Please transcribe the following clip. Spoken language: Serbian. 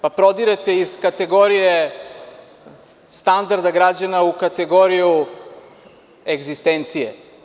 Prodirete iz kategorije standarda građana u kategoriju egzistencije.